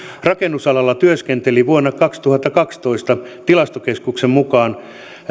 rakennusalalla työskenteli vuonna kaksituhattakaksitoista tilastokeskuksen mukaan